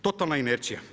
Totalna inercija.